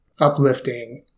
uplifting